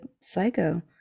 psycho